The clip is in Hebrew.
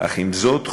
אך עם זאת,